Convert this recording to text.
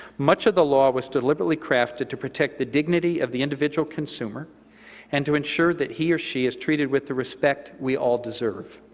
much of the law was deliberately crafted to protect the dignity of the individual consumer and to ensure that he or she is treated with the respect we all deserve.